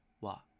walk